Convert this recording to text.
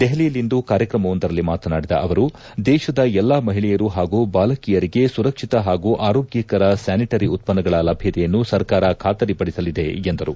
ದೆಹಲಿಯಲ್ಲಿಂದು ಕಾರ್ಯಕ್ರಮವೊಂದರಲ್ಲಿ ಮಾತನಾಡಿದ ಅವರು ದೇಶದ ಎಲ್ಲಾ ಮಹಿಳೆಯರೂ ಹಾಗೂ ಬಾಲಕಿಯರಿಗೆ ಸುರಕ್ಷಿತ ಹಾಗೂ ಆರೋಗ್ಧಕರ ಸ್ಥಾನಿಟರಿ ಉತ್ತನ್ನಗಳ ಲಭ್ಯತೆಯನ್ನು ಸರ್ಕಾರ ಖಾತರಿಪಡಿಸಲಿದೆ ಎಂದರು